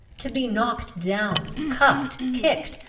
to be knocked down, cuffed, kicked,